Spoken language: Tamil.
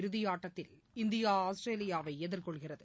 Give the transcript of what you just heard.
இறுதியாட்டத்தில் இந்தியா ஆஸ்திரேலியாவை எதிர்கொள்கிறது